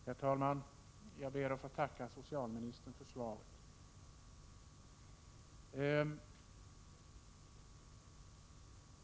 Herr talman! Jag ber att få tacka socialministern för svaret.